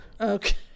okay